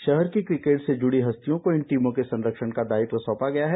षहर की क्रिकेट से जुड़ी हस्तियों को इन टीमों के संरक्षण का दायित्व सौंपा गया है